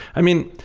i mean,